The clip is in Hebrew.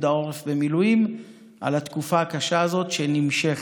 העורף במילואים על התקופה הקשה הזו שנמשכת.